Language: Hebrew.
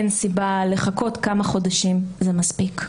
אין סיבה לחכות, כמה חודשים זה מספיק.